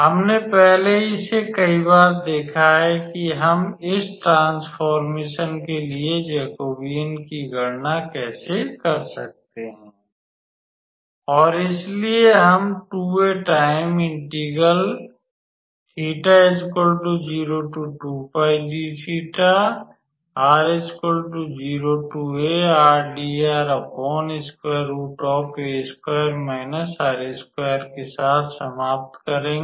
हमने पहले ही इसे कई बार देखा है कि हम इस ट्रांसफॉरमेसन के लिए जैकबियन की गणना कैसे कर सकते हैं और इसलिए हम के साथ समाप्त करेंगे